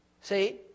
See